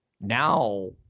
now